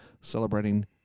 celebrating